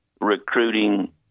recruiting